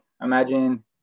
Imagine